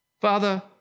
Father